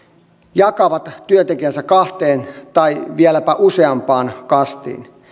jakavat työntekijänsä kahteen tai vieläpä useampaan kastiin